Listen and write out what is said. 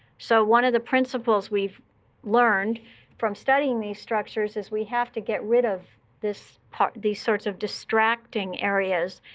so one of the principles we've learned from studying these structures is we have to get rid of this part these sorts of distracting areas.